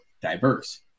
diverse